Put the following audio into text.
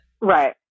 Right